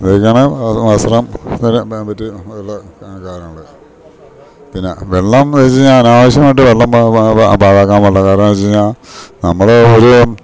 ഇതൊക്കെയാണ് വസ്ത്രം പറ്റി ഉള്ള കാര്യങ്ങള് പിന്നെ വെള്ളംന്ന് വെച്ച് കഴിഞ്ഞാ അനാവശ്യമായിട്ട് വെള്ളം പാഴാക്കാൻ പാടില്ല കാരണംന്ന് വെച്ച് കഴിഞ്ഞാ നമ്മള് ഒര്